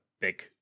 big